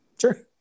Sure